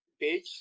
page